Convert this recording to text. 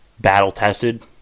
battle-tested